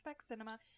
cinema